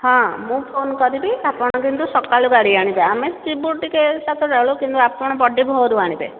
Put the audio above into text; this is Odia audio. ହଁ ମୁଁ ଫୋନ୍ କରିବି ଆପଣ କିନ୍ତୁ ସକାଳୁ ଗାଡ଼ି ଆଣିବେ ଆମେ ଯିବୁ ଟିକେ ସାତଟା ବେଳୁ କିନ୍ତୁ ଆପଣ ବଡି ଭୋର୍ ରୁ ଆଣିବେ